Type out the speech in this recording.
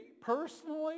personally